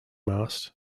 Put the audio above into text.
mast